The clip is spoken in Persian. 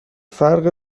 فرق